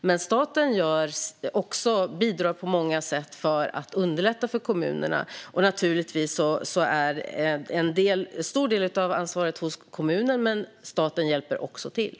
Men staten bidrar på många sätt för att underlätta för kommunerna. Naturligtvis ligger en stor del av ansvaret hos kommunen men staten hjälper också till.